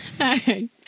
Okay